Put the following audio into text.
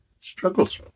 struggles